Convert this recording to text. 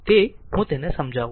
તેથી આ હું તેને સમજાવું